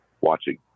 watching